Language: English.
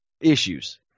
issues